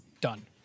Done